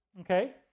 Okay